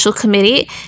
Committee